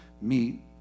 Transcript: meet